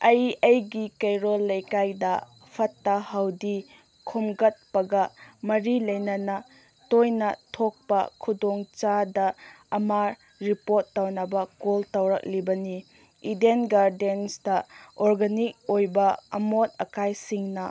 ꯑꯩ ꯑꯩꯒꯤ ꯀꯩꯔꯣꯜ ꯂꯩꯀꯥꯏꯗ ꯐꯠꯇ ꯍꯥꯎꯗꯤ ꯈꯣꯝꯒꯠꯄꯒ ꯃꯔꯤ ꯂꯩꯅꯅ ꯇꯣꯏꯅ ꯊꯣꯛꯄ ꯈꯨꯗꯣꯡ ꯆꯥꯗ ꯑꯃ ꯔꯤꯄꯣꯔꯠ ꯇꯧꯅꯕ ꯀꯣꯜ ꯇꯧꯔꯛꯂꯤꯕꯅꯤ ꯏꯗꯦꯟ ꯒꯥꯔꯗꯦꯟꯁꯗ ꯑꯣꯔꯒꯥꯅꯤꯛ ꯑꯣꯏꯕ ꯑꯃꯣꯠ ꯑꯀꯥꯏꯁꯤꯡꯅ